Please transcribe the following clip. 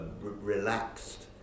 relaxed